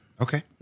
Okay